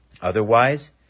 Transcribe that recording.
Otherwise